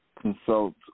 consult